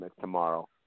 tomorrow